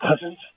Cousins